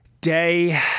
day